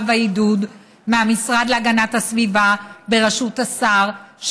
והעידוד מהמשרד להגנת הסביבה בראשות השר,